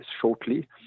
shortly